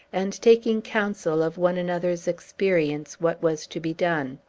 and taking counsel of one another's experience what was to be done.